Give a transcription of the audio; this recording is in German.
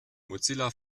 mozilla